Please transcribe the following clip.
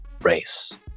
race